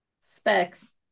Specs